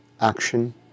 action